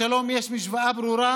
לשלום יש משוואה ברורה